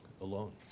alone